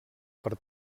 per